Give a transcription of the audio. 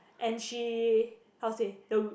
and she how to say the